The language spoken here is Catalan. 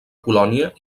colònia